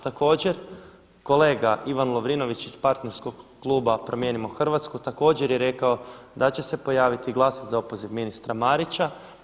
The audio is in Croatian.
Također kolega Ivan Lovrinović iz partnerskog kluba Promijenimo Hrvatsku također je rekao da će se pojaviti i glasati za opoziv ministra Marića.